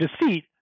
deceit